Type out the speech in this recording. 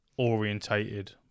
orientated